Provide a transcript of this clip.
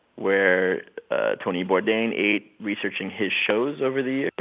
where tony bourdain ate researching his shows over the